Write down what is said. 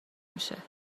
میشه